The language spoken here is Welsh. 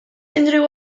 unrhyw